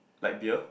like beer